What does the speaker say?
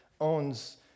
owns